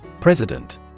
President